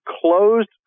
closed